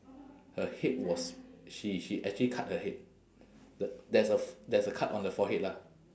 her head was she she actually cut her head the there's a f~ there's a cut on the forehead lah